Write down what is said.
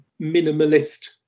minimalist